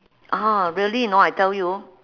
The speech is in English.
ah really you know I tell you